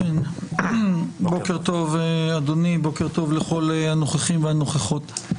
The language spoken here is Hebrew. בוקר טוב אדוני, בוקר טוב לכל הנוכחים והנוכחות.